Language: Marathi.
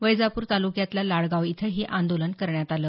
वैजापूर तालुक्यातल्या लाडगाव इथंही आंदोलन करण्यात आलं